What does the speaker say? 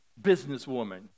businesswoman